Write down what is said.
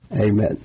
Amen